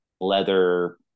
leather